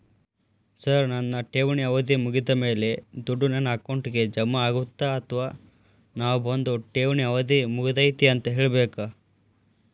Sir ನನ್ನ ಠೇವಣಿ ಅವಧಿ ಮುಗಿದಮೇಲೆ, ದುಡ್ಡು ನನ್ನ ಅಕೌಂಟ್ಗೆ ಜಮಾ ಆಗುತ್ತ ಅಥವಾ ನಾವ್ ಬಂದು ಠೇವಣಿ ಅವಧಿ ಮುಗದೈತಿ ಅಂತ ಹೇಳಬೇಕ?